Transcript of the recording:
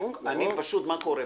פשוט מה קורה?